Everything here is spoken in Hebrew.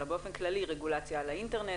אלא באופן כללי רגולציה על האינטרנט,